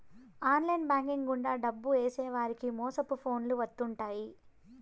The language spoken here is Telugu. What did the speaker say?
ఆన్లైన్ బ్యాంక్ గుండా డబ్బు ఏసేవారికి మోసపు ఫోన్లు వత్తుంటాయి